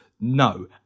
no